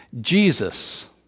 Jesus